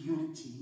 unity